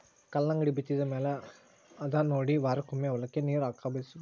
ಕಲ್ಲಂಗಡಿ ಬಿತ್ತಿದ ಮ್ಯಾಲ ಹದಾನೊಡಿ ವಾರಕ್ಕೊಮ್ಮೆ ಹೊಲಕ್ಕೆ ನೇರ ಹಾಸಬೇಕ